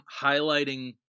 highlighting